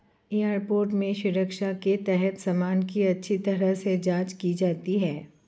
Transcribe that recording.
airport में सुरक्षा के तहत सामान की अच्छी तरह से जांच की जाती है